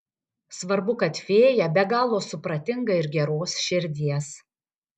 svarbu kad fėja be galo supratinga ir geros širdies